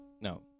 No